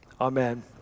amen